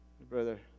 Brother